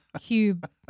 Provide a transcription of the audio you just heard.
cube